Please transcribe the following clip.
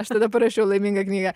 aš tada parašiau laimingą knygą